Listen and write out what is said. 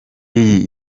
iyi